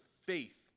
faith